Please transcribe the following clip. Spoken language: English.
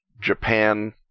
Japan